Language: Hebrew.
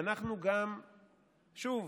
אנחנו גם, שוב,